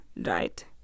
right